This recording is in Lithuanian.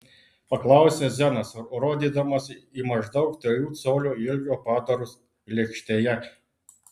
paklausė zenas rodydamas į maždaug trijų colių ilgio padarus lėkštėje